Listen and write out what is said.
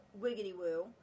wiggity-woo